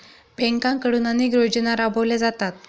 बँकांकडून अनेक योजना राबवल्या जातात